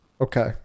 Okay